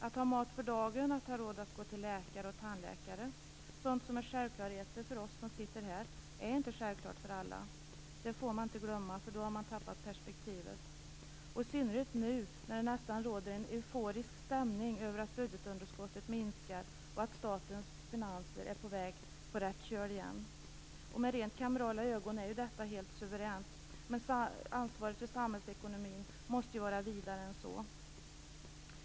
Att ha mat för dagen, att ha råd att gå till läkare och tandläkare, sådant som är självklarheter för oss som sitter här, är inte självklart för alla. Det får man inte glömma. Då har man tappat perspektivet. Det gäller i synnerhet nu när det nästan råder en euforisk stämning över att budgetunderskottet minskar och att statens finanser är på väg på rätt köl igen. Med rent kamerala ögon är ju detta helt suveränt. Men ansvaret för samhällsekonomin måste ju vara vidare än så.